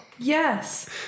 Yes